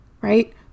right